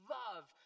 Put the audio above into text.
love